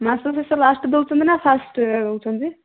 ମାସ ଶେଷ ଲାଷ୍ଟ ଦେଉଛନ୍ତି ନା ଫାଷ୍ଟ ଦେଉଛନ୍ତି